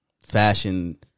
fashion